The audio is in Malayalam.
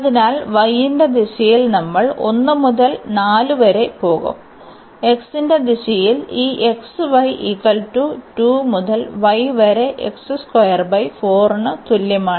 അതിനാൽ y ന്റെ ദിശയിൽ നമ്മൾ 1 മുതൽ 4 വരെ പോകും x ന്റെ ദിശയിൽ ഈ xy 2 മുതൽ y വരെ ന് തുല്യമാണ്